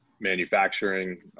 manufacturing